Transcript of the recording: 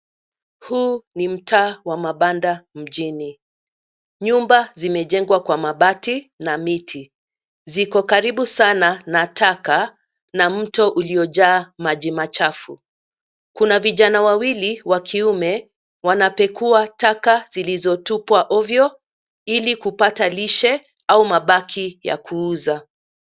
Huu ni mtaa wa mabanda mjini. Nyumba zimejengwa kwa mabati na miti. Ziko karibu sana na taka, na mto uliojaa maji machafu. Kuna vijana wawili wa kiume, wanapekua taka zilizotupwa ovyo ili kupata lishe au mabaki ya kuuza.